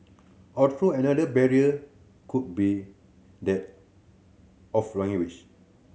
although another barrier could be that of language